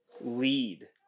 lead